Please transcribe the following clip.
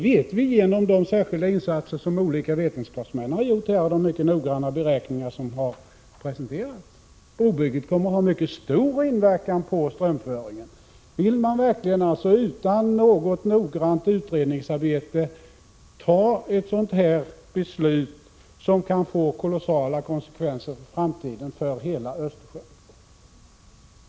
Av de särskilda insatser som olika vetenskapsmän här har gjort och de mycket noggranna beräkningar som har presenterats vet vi att brobygget kommer att ha en mycket stor inverkan på strömföringen. Vill man alltså utan något noggrant utredningsarbete verkligen fatta ett sådant här beslut, som kan få kolossala konsekvenser i framtiden för hela Östersjön?